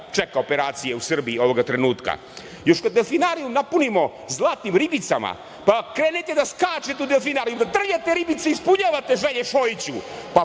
čeka operacije u Srbiji ovoga trenutka. Još kada delfinarijum napunimo zlatnim ribicama, pa krenete da skačete u delfinarijum i da trljate ribice ispunjavate želje Šojiću,